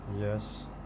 Yes